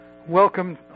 Welcome